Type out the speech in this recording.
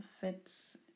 fits